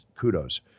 kudos